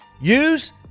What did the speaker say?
use